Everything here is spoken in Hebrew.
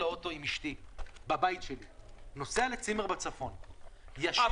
לאכוף אנחנו הורגים את כולם בשם היעדר היכולת לאכוף.